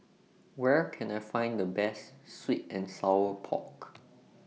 Where Can I Find The Best Sweet and Sour Pork